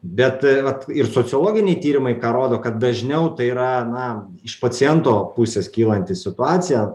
bet vat ir sociologiniai tyrimai ką rodo kad dažniau tai yra na iš paciento pusės kylanti situacija